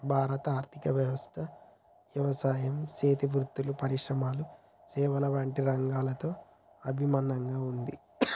భారత ఆర్థిక వ్యవస్థ యవసాయం సేతి వృత్తులు, పరిశ్రమల సేవల వంటి రంగాలతో ఇభిన్నంగా ఉంది